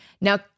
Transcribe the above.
Now